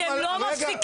אתם לא מפסיקים,